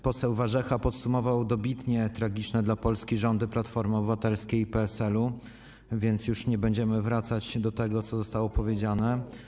Poseł Warzecha podsumował dobitnie tragiczne dla Polski rządy Platformy Obywatelskiej i PSL, więc nie będziemy już wracać do tego, co zostało powiedziane.